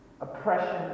oppression